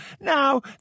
Now